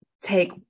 take